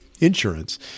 insurance